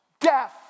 death